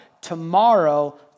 tomorrow